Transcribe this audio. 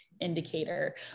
indicator